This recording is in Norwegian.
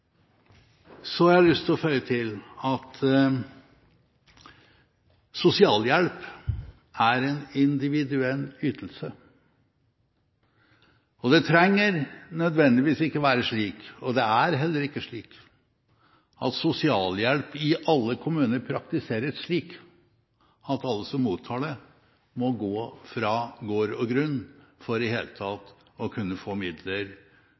Jeg vil føye til at sosialhjelp er en individuell ytelse. Og det trenger nødvendigvis ikke å være slik, og det er heller ikke slik, at sosialhjelp i alle kommuner praktiseres slik at alle som mottar det, må gå fra gård og grunn for i det hele tatt å kunne få midler